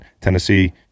Tennessee